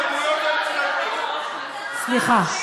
סליחה,